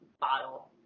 bottle